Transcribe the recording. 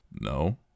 no